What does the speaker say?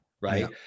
right